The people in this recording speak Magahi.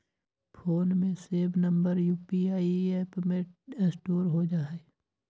फोन में सेव नंबर यू.पी.आई ऐप में स्टोर हो जा हई